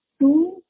Two